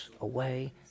away